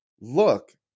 look